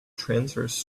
transverse